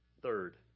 third